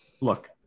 look